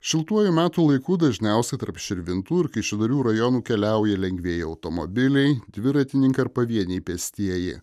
šiltuoju metų laiku dažniausiai tarp širvintų ir kaišiadorių rajonų keliauja lengvieji automobiliai dviratininkai ar pavieniai pėstieji